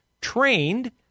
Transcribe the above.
trained